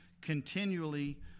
continually